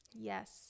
Yes